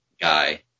guy